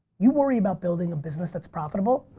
you worry about building a business that's profitable,